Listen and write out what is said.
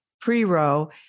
pre-row